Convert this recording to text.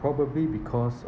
probably because uh